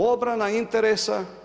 Obrana interesa.